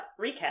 recap